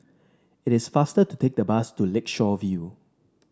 it is faster to take the bus to Lakeshore View